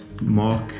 Mark